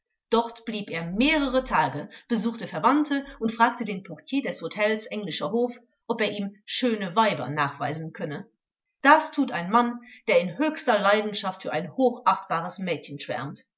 dort blieb er mehrere tage besuchte verwandte und fragte den portier des hotels englischer hof ob er ihm schöne weiber nachweisen könne das tut ein mann der in höchster leidenschaft für ein hochachtbares mädchen schwärmt